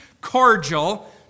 cordial